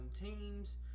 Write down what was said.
teams –